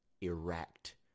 erect